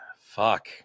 Fuck